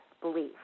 belief